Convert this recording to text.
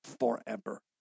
forever